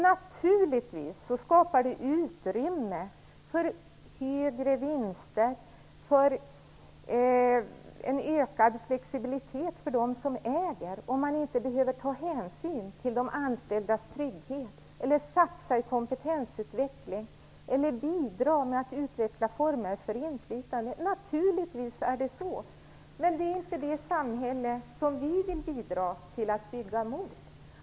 Naturligtvis skapar det utrymme för högre vinster och en ökad flexibilitet för dem som äger, om man inte behöver ta hänsyn till de anställdas trygghet, satsa på kompetensutveckling eller bidra till att utveckla former för inflytande. Men detta är inte det samhälle som vi vill bidra till att bygga upp.